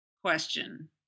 question